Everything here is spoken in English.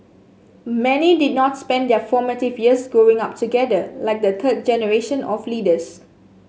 many did not spend their formative years Growing Up together like the third generation of leaders